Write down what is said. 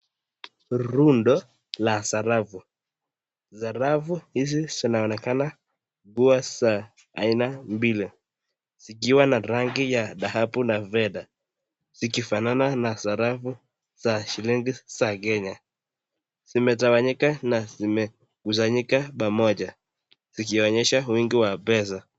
Rundo la sarafu. Sarafu hizi zinaonekana kuwa za aina mbili zikiwa na rangi ya dhahabu na fedha zikifanana na sarafu za shilingi za Kenya. Zimechanganyika na zimekusanyika pamoja zikionyesha wingi wa pesa.